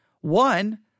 One